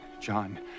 John